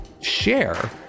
share